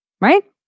right